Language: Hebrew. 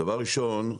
דבר ראשון,